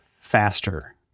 faster